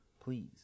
please